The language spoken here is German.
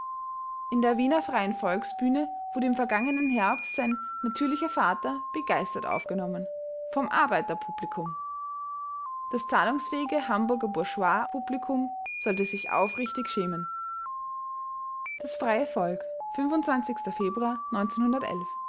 in der wiener freien volksbühne wurde im vergangenen herbst sein natürlicher vater begeistert aufgenommen vom arbeiterpublikum das zahlungsfähige hamburger bourgeoispublikum sollte sich aufrichtig schämen das freie volk februar